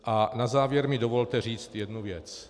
A na závěr mi dovolte říct jednu věc.